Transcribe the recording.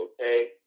okay